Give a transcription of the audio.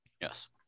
yes